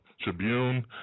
Tribune